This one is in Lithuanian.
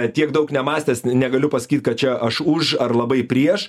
tiek daug nemąstęs negaliu pasakyt kad čia aš už ar labai prieš